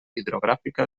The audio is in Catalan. hidrogràfica